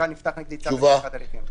נפתח נגדי צו פתיחת הליכים.